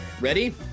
Ready